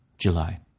July